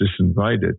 disinvited